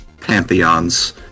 pantheons